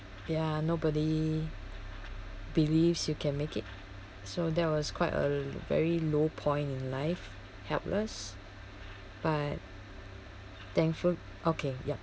ya nobody believes you can make it so that was quite a very low point in life helpless but thankful okay ya